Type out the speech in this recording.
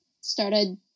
started